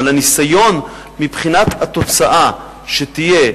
אבל הניסיון מבחינת התוצאה שתהיה